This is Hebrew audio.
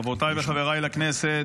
רבותיי וחבריי לכנסת,